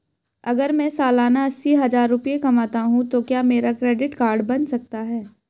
अगर मैं सालाना अस्सी हज़ार रुपये कमाता हूं तो क्या मेरा क्रेडिट कार्ड बन सकता है?